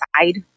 side